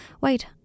Wait